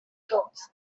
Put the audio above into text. coat